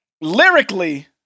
lyrically